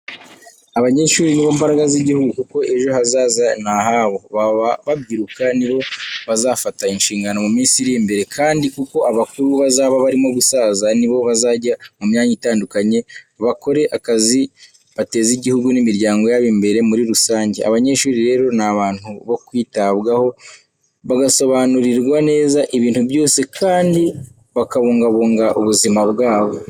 Abanyeshuri ni bo mbaraga z'igihugu kuko ejo hazaz ni ahabo. Baba babyiruka nibo bazafata inshingano mu minsi iri imbere kandi kuko abakuru bazaba barimo gusaza nibo bazajya mu myanya itandukanye bakore akazi bzteze igihugu n'imiryango yabo imbere muri rusange. Abanyeshuri rero ni abantu bo kwitabwa ho bagasobanurirwa neza ibintu byose kandi bakabungabungirwa ubuzima bwabo.